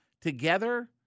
together